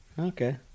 Okay